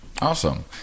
Awesome